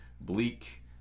bleak